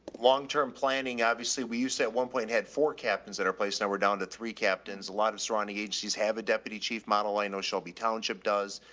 longterm planning, obviously we use at one point and had four captains that are place. now we're down to three captains. a lot of surrounding agencies have a deputy chief model. i know shelby township does.